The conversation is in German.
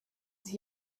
sich